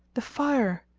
the fire!